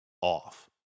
off